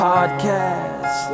Podcast